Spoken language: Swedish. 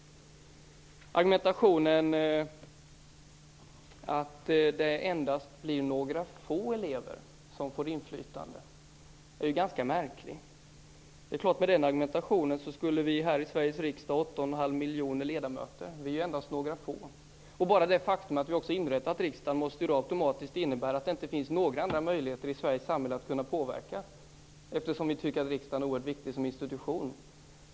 Argumentationen att det endast blir några få elever som får inflytande är ju ganska märklig. Med den argumentationen skulle ju vi här i Sveriges riksdag ha åtta och en halv miljoner ledamöter. Vi är ju endast några få. Och bara det faktum att vi har inrättat riksdagen måste ju då automatiskt innebära att det inte finns några möjligheter i Sveriges samhälle att kunna påverka, eftersom vi tycker att riksdagen är oerhört viktig som institution.